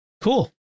Cool